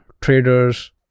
traders